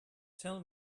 tell